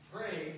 Pray